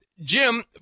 Jim